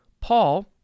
Paul